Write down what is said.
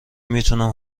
میتونم